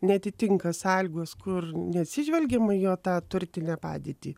neatitinka sąlygos kur neatsižvelgiama į jo tą turtinę padėtį